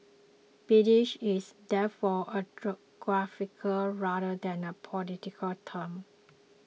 British is therefore a geographical rather than a political term